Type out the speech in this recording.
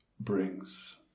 brings